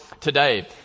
today